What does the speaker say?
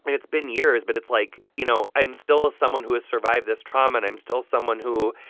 it's been years, but it's like, you know, i'm still ah someone who has survived this trauma, and i'm still someone who,